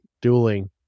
dueling